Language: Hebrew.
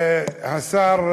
והשר,